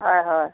হয় হয়